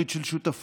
ברית של שותפות,